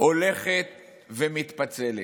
ההולכת ומתפצלת.